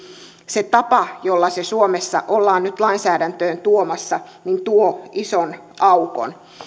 se tapa jolla se suomessa ollaan nyt lainsäädäntöön tuomassa tuo ison aukon